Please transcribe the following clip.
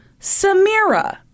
Samira